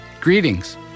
Greetings